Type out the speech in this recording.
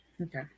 Okay